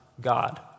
God